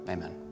Amen